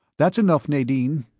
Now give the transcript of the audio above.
that's enough, nadine,